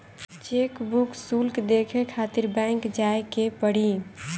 chequebook शुल्क देखे खातिर बैंक जाए के पड़ी